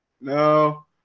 No